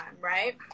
right